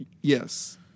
yes